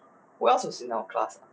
who else is in our class ah